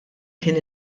kien